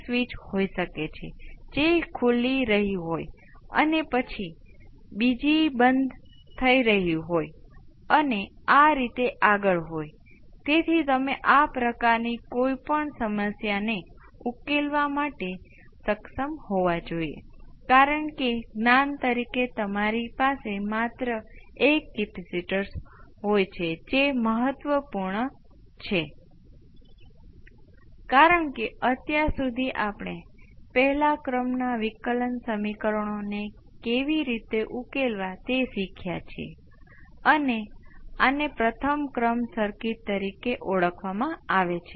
તેથી આ exponential st s આવૃતિ s ની મોટી કિંમતનો અર્થ એ છે કે એક્સપોનેનશીયલ ખૂબ ઝડપથી બદલાય છે પછી ભલે તે પોઝિટિવ હોય કે નેગેટિવ જો નેગેટિવ તો ખૂબ જ ઝડપથી ઘટશે જો તે પોઝિટિવ હોય અને મોટી હોય તો તે ખૂબ જ ઝડપથી વધે છે જો s નું મૂલ્ય ખૂબ જ નાનું હોય તો ફરીથી પોઝિટિવ કે પછી નેગેટિવ તે કાં તો ખૂબ જ ધીરે ધીરે ઘટશે અને 0 થસે અને તે બદલાશે નહીં અને આમ કોસ ઓમેગા t ઓમેગા 0 પણ બદલતા નથી બરાબર ને